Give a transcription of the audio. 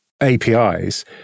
APIs